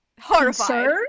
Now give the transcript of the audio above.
Horrified